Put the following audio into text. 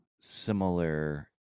similar